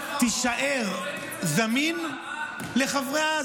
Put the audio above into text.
תישאר זמין לחברים,